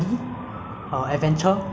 uh not like all those kind of very